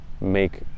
make